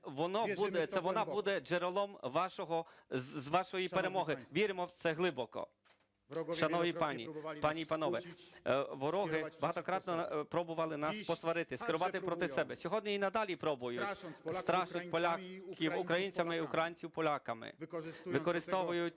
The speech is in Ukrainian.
вона буде джерелом вашої перемоги. Віримо в це глибоко. Шановні пані і панове! Вороги багатократно пробували нас посварити, скерувати проти себе. Сьогодні і надалі пробують, страшать поляків українцями і українців поляками, використовують